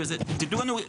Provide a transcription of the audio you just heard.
תתנו לנו.